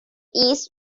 east